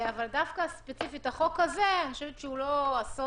אבל דווקא ספציפית החוק הזה אני חושבת שהוא לא אסון גדול.